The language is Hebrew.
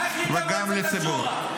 מה החליטה מועצת השורא?